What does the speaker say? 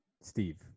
Steve